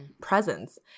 presents